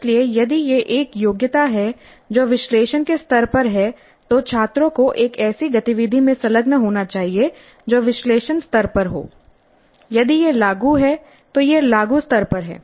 इसलिए यदि यह एक योग्यता है जो विश्लेषण के स्तर पर है तो छात्रों को एक ऐसी गतिविधि में संलग्न होना चाहिए जो विश्लेषण स्तर पर हो यदि यह लागू है तो यह लागू स्तर पर है